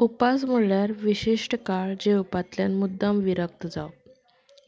उपास म्हणल्यार विशेश काळ जेवपांतल्यान मुद्दम विरक्त जावप